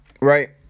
right